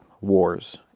wars